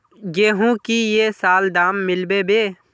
गेंहू की ये साल दाम मिलबे बे?